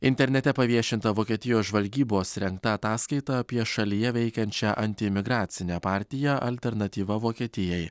internete paviešinta vokietijos žvalgybos rengta ataskaita apie šalyje veikiančią antiimigracinę partiją alternatyva vokietijai